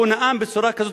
הוא נאם בצורה כזאת,